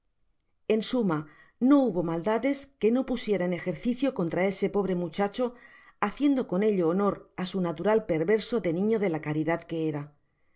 en suma no hubo maldades que no pusiera en ejercicio contra ese pobre muchacho haciendo con ello honor á su natural perverso de niño de la caridad que era